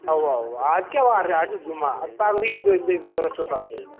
اَوا اَوا اَز کیٛاہ وار چھِ اَز چھُ جُمعہ اَدٕ پگہٕے ییٖتو ییٚلہِ تُہۍ ضروٗرت چھَو پگہٕے